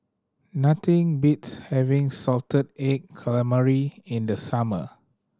nothing beats having salted egg calamari in the summer